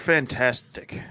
Fantastic